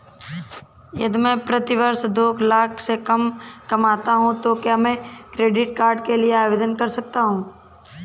यदि मैं प्रति वर्ष दो लाख से कम कमाता हूँ तो क्या मैं क्रेडिट कार्ड के लिए आवेदन कर सकता हूँ?